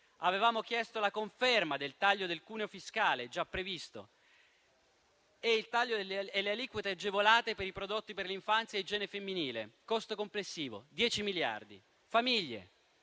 avevamo chiesto la conferma del taglio del cuneo fiscale già previsto e le aliquote agevolate per i prodotti per l'infanzia e l'igiene femminile, per un costo complessivo di 10 miliardi. Sulle